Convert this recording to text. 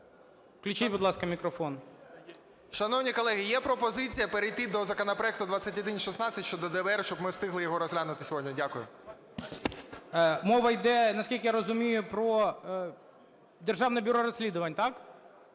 Включіть, будь ласка, мікрофон. 14:37:14 ЖЕЛЕЗНЯК Я.І. Шановні колеги, є пропозиція перейти до законопроекту 2116 - щодо ДБР, щоб ми встигли його розглянути сьогодні. Дякую. ГОЛОВУЮЧИЙ. Мова йде, наскільки я розумію, про Державне бюро розслідувань, так?